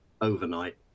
overnight